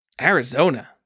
Arizona